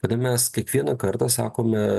kada mes kiekvieną kartą sakome